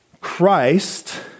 Christ